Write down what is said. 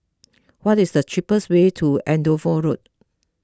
what is the cheapest way to Andover Road